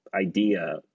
idea